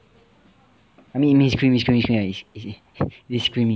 I mean it's creamy creamy creamy it's creamy